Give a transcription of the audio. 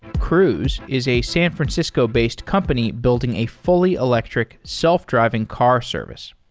cruise is a san francisco based company building a fully electric, self-driving car service.